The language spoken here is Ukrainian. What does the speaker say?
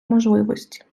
можливості